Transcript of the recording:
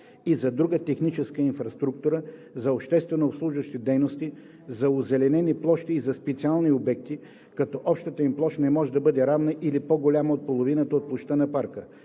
и за друга техническа инфраструктура, за общественообслужващи дейности, за озеленени площи и за специални обекти, като общата им площ не може да бъде равна или по-голяма от половината от площта на парка.